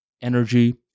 energy